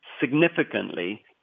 significantly